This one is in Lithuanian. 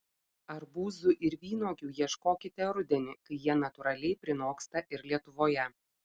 arbūzų ir vynuogių ieškokite rudenį kai jie natūraliai prinoksta ir lietuvoje